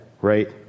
right